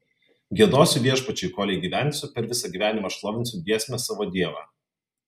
giedosiu viešpačiui kolei gyvensiu per visą gyvenimą šlovinsiu giesme savo dievą